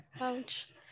Ouch